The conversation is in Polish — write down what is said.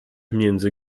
między